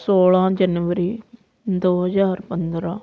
ਸੌਲਾਂ ਜਨਵਰੀ ਦੋ ਹਜ਼ਾਰ ਪੰਦਰਾਂ